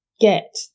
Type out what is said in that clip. get